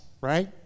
right